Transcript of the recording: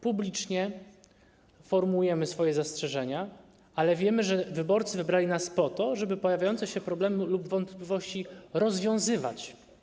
Publicznie formułujemy swoje zastrzeżenia, ale wiemy, że wyborcy wybrali nas po to, żeby pojawiające się problemy lub wątpliwości rozwiązywać.